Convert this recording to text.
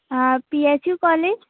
हाँ P H U college